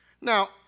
Now